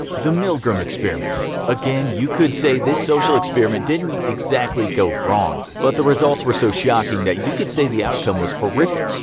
the milgram experiment again, you could say this social experiment didn't exactly go wrong, but the results were so shocking you could say the outcome was horrific.